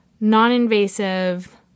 non-invasive